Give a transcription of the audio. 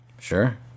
Sure